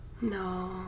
no